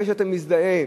ואחרי שאתה מזדהה